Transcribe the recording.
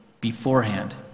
beforehand